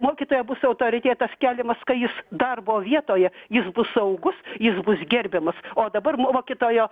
mokytojo bus autoritetas keliamas kai jis darbo vietoje jis bus saugus jis bus gerbiamas o dabar mokytojo